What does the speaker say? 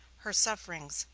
her sufferings,